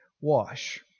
wash